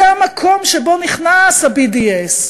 זה המקום שבו נכנס ה-BDS.